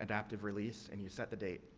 adaptive release and you set the date.